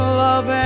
love